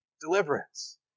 deliverance